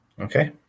okay